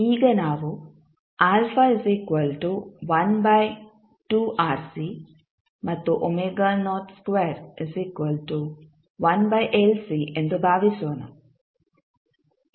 ಈಗ ನಾವು ಮತ್ತು ಎಂದು ಭಾವಿಸೋಣ